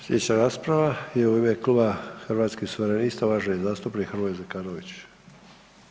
Sljedeća rasprava je u ime Kluba Hrvatskih suverenista, uvaženi zastupnik Hrvoje Zekanović.